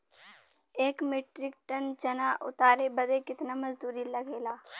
एक metric ton चना उतारे बदे कितना मजदूरी लगे ला?